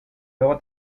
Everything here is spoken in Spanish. luego